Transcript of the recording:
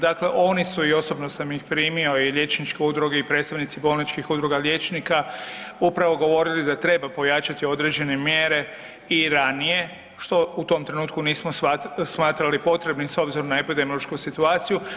Dakle, oni su i osobno sam ih primio i liječničke udruge i predstavnike bolničkih udruga liječnika upravo govorili da treba pojačati određene mjere i ranije što u tom trenutku nismo smatrali potrebnim s obzirom na epidemiološku situaciju.